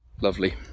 lovely